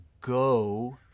go